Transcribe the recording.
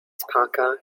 parker